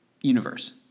universe